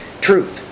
truth